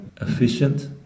efficient